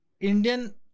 Indian